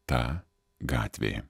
ta gatvė